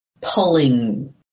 pulling